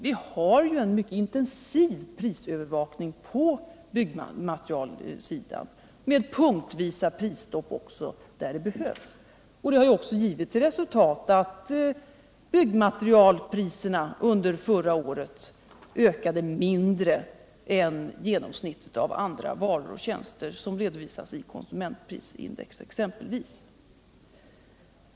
Vi har ju en mycket intensiv prisövervakning på byggmaterialsidan, med punktvisa prisstopp där det behövs. Det har givit till resultat att byggmaterialpriserna under förra året ökade mindre än genomsnittet för andra varor och tjänster, som 1. ex. redovisas i konsumentprisindex.